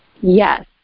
Yes